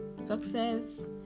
success